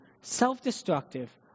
self-destructive